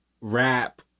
rap